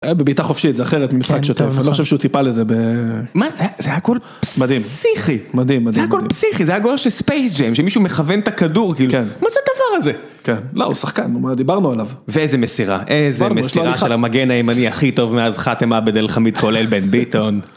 היה בבעיטה חופשית, זה אחרת ממשחק שוטף, אני לא חושב שהוא ציפה לזה ב... מה זה, זה היה גול פסיכי. מדהים, מדהים, מדהים. זה היה גול פסיכי, זה היה גול של ספייס ג'ם, שמישהו מכוון את הכדור, כאילו, מה זה הדבר הזה? כן, לא, הוא שחקן, דיברנו עליו. ואיזה מסירה, איזה מסירה של המגן הימני הכי טוב מאז חתם עבד אל חמיד כולל בן ביטון.